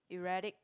erratic